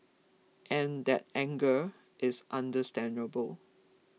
and that anger is understandable